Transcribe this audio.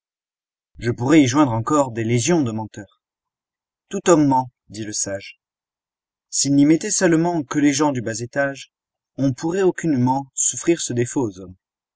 je pourrais y joindre encore des légions de menteurs tout homme ment dit le sage s'il n'y mettait seulement que les gens du bas étage on pourrait aucunement souffrir ce défaut